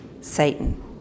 Satan